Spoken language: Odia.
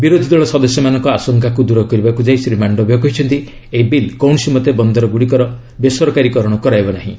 ବିରୋଧୀ ଦଳ ସଦସ୍ୟମାନଙ୍କ ଆଶଙ୍କାକୁ ଦୂର କରିବାକୁ ଯାଇ ଶ୍ରୀ ମାଣ୍ଡବିୟ କହିଛନ୍ତି ଏହି ବିଲ୍ କୌଣସି ମତେ ବନ୍ଦରଗୁଡ଼ିକର ବେସରକାରୀକରଣ କରାଇବ ନାହିଁ